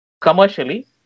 commercially